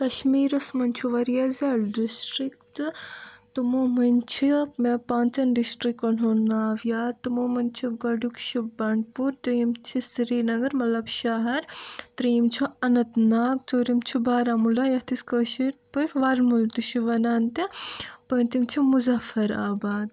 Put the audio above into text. کَشمیٖرس منٛز چھُ وارِیاہ زیادٕ ڈِسٹرک تہٕ تِمو منٛزچھِ مےٚ پانٛژن ڈسٹرکن ہُند ناو یاد تِمو منٛز چھُ گۄڈنیُک چھُ بنڈٕ پوٗر دٔیُم چھُ سِرینگر مطلَب شہر ترٛیٚیم چھُ اننت ناگ ژوٗرم چھُ بارہمولا یتھ أسۍ کٲشر پٲٹھۍ ورمُل تہِ چھِ ونان تہٕ پوٗنٛژم چھُ مُظفرآباد